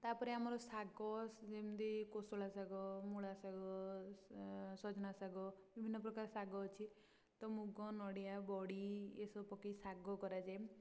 ତା'ପରେ ଆମର ଶାଗ ଯେମିତି କୋଶଳା ଶାଗ ମୂଳା ଶାଗ ସଜନା ଶାଗ ବିଭିନ୍ନ ପ୍ରକାର ଶାଗ ଅଛି ତ ମୁଗ ନଡ଼ିଆ ବଡ଼ି ଏସବୁ ପକେଇ ଶାଗ କରାଯାଏ